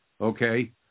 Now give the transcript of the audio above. okay